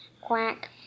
Quack